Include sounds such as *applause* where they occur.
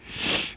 *noise*